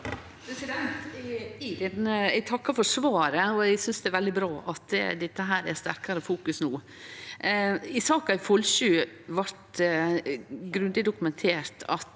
Eg takkar for svaret og synest det er veldig bra at det er sterkare fokus no. I saka i Follsjå blei det grundig dokumentert at